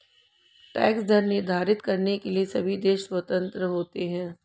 tax दर निर्धारित करने के लिए सभी देश स्वतंत्र होते है